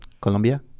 Colombia